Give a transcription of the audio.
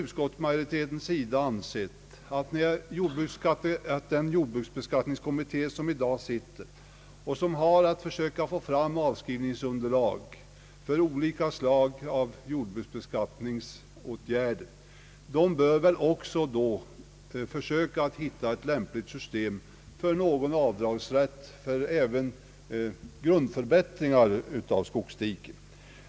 Utskottsmajoriteten har ansett att den jordbruksbeskattningskommitté som har att söka få fram avskrivningsunderlag för olika slag av jordbruksbeskattningsåtgärder också bör försöka finna ett lämpligt system för avdragsrätt vid grundförbättringar av skogsdiken.